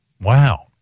Wow